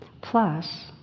Plus